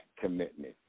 commitment